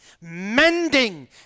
mending